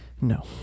No